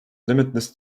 limitless